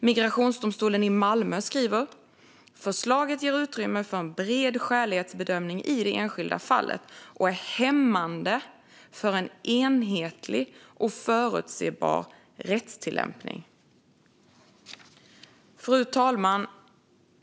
Migrationsdomstolen i Malmö skriver: Förslaget ger utrymme för en bred skälighetsbedömning i det enskilda fallet och är hämmande för en enhetlig och förutsebar rättstillämpning. Fru talman!